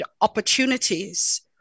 opportunities